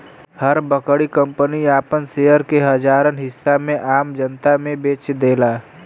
हर बड़की कंपनी आपन शेयर के हजारन हिस्सा में आम जनता मे बेच देला